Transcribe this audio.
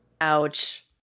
Ouch